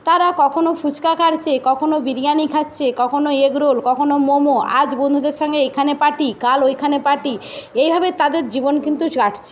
তারা কখনো ফুচকা কারছে কখনো বিরিয়ানি খাচ্ছে কখনো এগরোল কখনো মোমো আজ বন্ধুদের সঙ্গে এইখানে পার্টি কাল ওইখানে পার্টি এইভাবে তাদের জীবন কিন্তু কাটছে